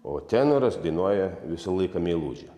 o tenoras dainuoja visą laiką meilužę